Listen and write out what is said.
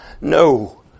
No